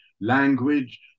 language